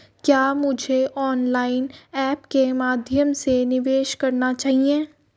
क्या मुझे online apps के माध्यम से निवेश करना चाहिए?